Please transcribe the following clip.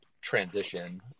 transition